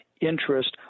interest